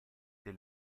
del